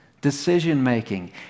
decision-making